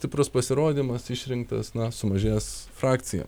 stiprus pasirodymas išrinktas na sumažės frakcija